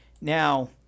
now